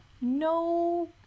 no